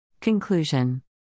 Conclusion